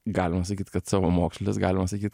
galima sakyt kad savamokslis galima sakyt